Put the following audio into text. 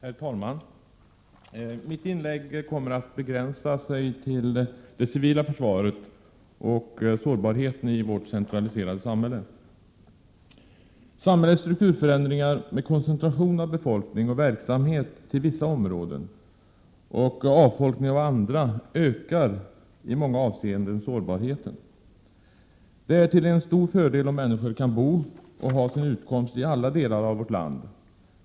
Herr talman! Mitt inlägg kommer att begränsa sig till att omfatta det civila försvaret och sårbarheten i vårt centraliserade samhälle. Samhällets strukturförändringar med koncentration av befolkning och verksamhet till vissa områden och avfolkning av andra ökar i många avseenden sårbarheten. Det är till stor fördel om människor kan bo och ha sin utkomst i olika delar av vårt land.